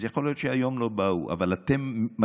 אז יכול להיות שהיום לא באו, אבל אתם מספיק,